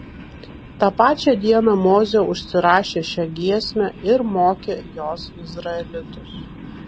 tą pačią dieną mozė užsirašė šią giesmę ir mokė jos izraelitus